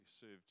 served